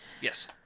Yes